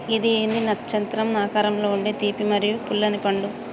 గిది ఏంది నచ్చత్రం ఆకారంలో ఉండే తీపి మరియు పుల్లనిపండు